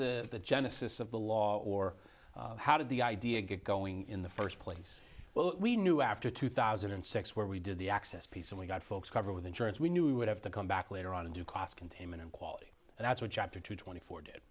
was the genesis of the law or how did the idea get going in the first place well we knew after two thousand and six where we did the access piece and we got folks covered with insurance we knew we would have to come back later on and do cost containment and quality and that's what chapter twenty four did